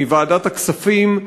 מוועדת הכספים,